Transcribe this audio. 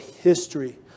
history